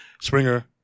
Springer